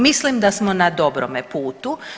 Mislim da smo na dobrome putu.